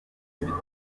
ibitoki